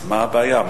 אז מה הבעיה?